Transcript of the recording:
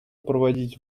проводить